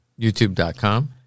YouTube.com